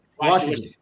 Washington